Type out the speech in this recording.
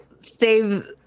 save